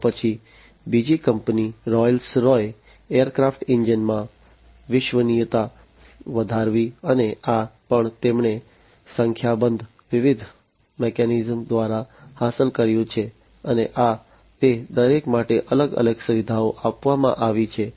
ત્યારપછી બીજી company Rolls રોયસે એરક્રાફ્ટ એન્જિનમાં વિશ્વસનીયતા વધારવી અને આ પણ તેમણે સંખ્યાબંધ વિવિધ મિકેનિઝમ્સ દ્વારા હાંસલ કર્યું છે અને આ તે દરેક માટે અલગ અલગ સુવિધાઓ આપવામાં આવી છે